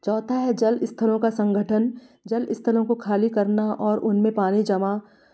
चौथा है जलस्थलों का संगठन जलस्थलों को खाली करना और उनमें पानी जमा